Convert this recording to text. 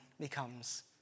becomes